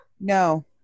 No